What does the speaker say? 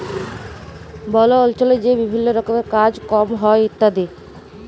বল অল্চলে যে বিভিল্ল্য রকমের কাজ কম হ্যয় ইত্যাদি